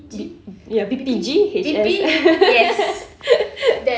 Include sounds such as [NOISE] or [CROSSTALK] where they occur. B ya B_P_G_H_S [LAUGHS]